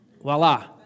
voila